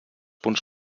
punts